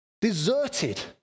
deserted